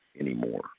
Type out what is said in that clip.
anymore